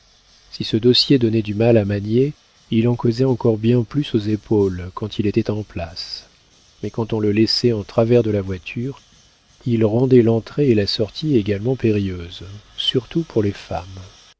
si ce dossier donnait du mal à manier il en causait encore bien plus aux épaules quand il était en place mais quand on le laissait en travers de la voiture il rendait l'entrée et la sortie également périlleuses surtout pour les femmes